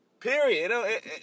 Period